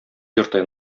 йорты